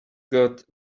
got